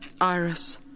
Iris